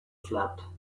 slept